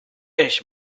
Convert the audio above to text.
ich